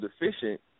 deficient